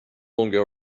longer